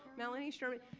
melanie sherman.